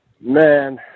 Man